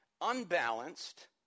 unbalanced